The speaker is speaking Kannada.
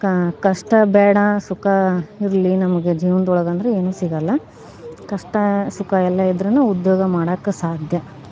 ಕ ಕಷ್ಟ ಬೇಡ ಸುಖ ಇರಲಿ ನಮಗೆ ಜೀವನದೊಳಗೆ ಅಂದ್ರೆ ಏನು ಸಿಗಲ್ಲ ಕಷ್ಟ ಸುಖ ಎಲ್ಲ ಇದ್ರೇನೆ ಉದ್ಯೋಗ ಮಾಡೋಕೆ ಸಾಧ್ಯ